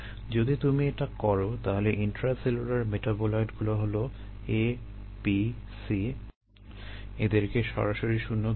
যদি তুমি এটা করো তাহলে ইন্ট্রাসেলুলার মেটাবোলাইটগুলো হলো A B C এদেরকে সরাসরি শূণ্য ধরা যাবে